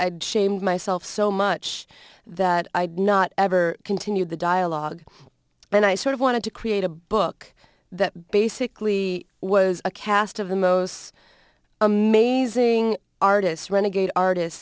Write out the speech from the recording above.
had shamed myself so much that i'd not ever continue the dialogue but i sort of wanted to create a book that basically was a cast of the most amazing artists renegade artist